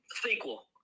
sequel